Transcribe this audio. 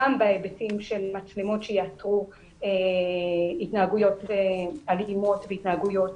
גם בהיבטים של מצלמות שיאתרו התנהגויות אלימות והתנהגויות